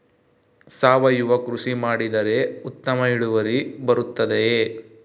ಸಾವಯುವ ಕೃಷಿ ಮಾಡಿದರೆ ಉತ್ತಮ ಇಳುವರಿ ಬರುತ್ತದೆಯೇ?